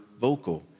vocal